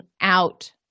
out